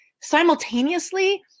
Simultaneously